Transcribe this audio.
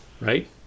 Right